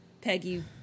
Peggy